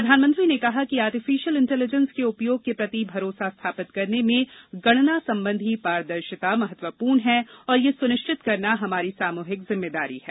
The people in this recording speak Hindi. प्रधानमंत्री ने कहा कि आर्टिफिशियल इंटेलिजेंस के उपयोग के प्रति भरोसा स्थापित करने में गणना संबंधी पारदर्शिता महत्वपूर्ण है और यह सुनिश्चित करना हमारी सामूहिक जिम्मेदारी है